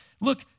look